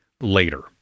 later